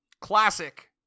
classic